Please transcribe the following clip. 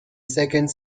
second